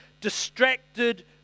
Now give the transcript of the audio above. distracted